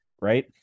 right